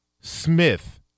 Smith